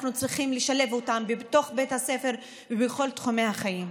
אנחנו צריכים לשלב אותה בתוך בית הספר ובכל תחומי החיים.